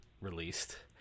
released